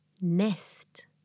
Nest